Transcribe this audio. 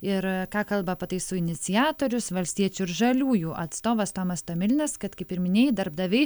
ir ką kalba pataisų iniciatorius valstiečių ir žaliųjų atstovas tomas tomilinas kad kaip ir minėjai darbdaviai